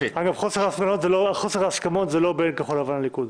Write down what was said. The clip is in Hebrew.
חוסר ההסכמה הוא לא בין כחול לבן לליכוד.